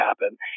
happen